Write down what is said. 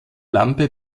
lampe